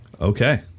Okay